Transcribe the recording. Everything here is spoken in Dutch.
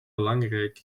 belangrijk